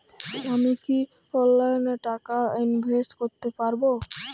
আমি কি অনলাইনে টাকা ইনভেস্ট করতে পারবো?